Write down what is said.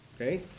Okay